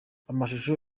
amashusho